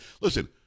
listen